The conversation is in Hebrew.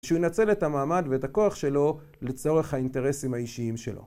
שהוא ינצל את המעמד ואת הכוח שלו לצורך האינטרסים האישיים שלו